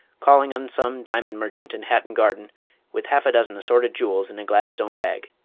calling on some diamond merchant in hatton garden with half a dozen assorted jewels in a gladstone bag.